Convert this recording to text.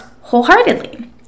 wholeheartedly